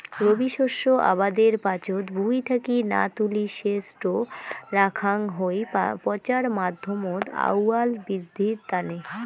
রবি শস্য আবাদের পাচত ভুঁই থাকি না তুলি সেজটো রাখাং হই পচার মাধ্যমত আউয়াল বিদ্ধির তানে